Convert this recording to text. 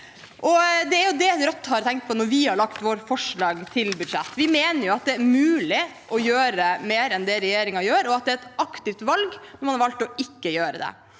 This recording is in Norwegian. Det er det Rødt har tenkt på da vi laget vårt forslag til budsjett. Vi mener at det er mulig å gjøre mer enn det regjeringen gjør, og at det er et aktivt valg når man har valgt å ikke gjøre det.